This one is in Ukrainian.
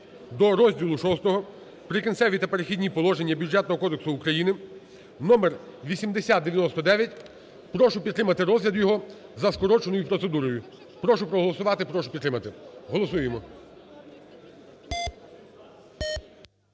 до розділу VI "Прикінцеві та перехідні положення" Бюджетного кодексу України (№ 8099). Прошу підтримати розгляд його за скороченою процедурою. Прошу проголосувати і прошу підтримати. Голосуємо.